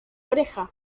oreja